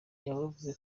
bavuze